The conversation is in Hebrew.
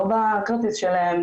לא בכרטיס שלהם,